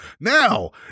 now